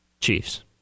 Chiefs